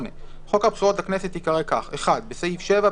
8. חוק הבחירות לכנסת ייקרא כך: (1)בסעיף 7,